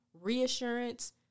reassurance